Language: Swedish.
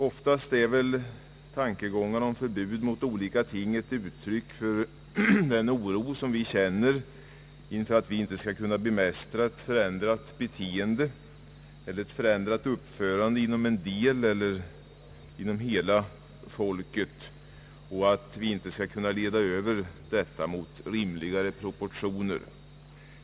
Oftast är väl tankegångar om förbud av ena eller andra slaget uttryck för den oro man känner inför att man inte skall kunna bemästra ett förändrat beteende eller uppförande inom en del av folket eller hela folket och att man inte skall kunna leda över detta beteende mot rimligare proportioner.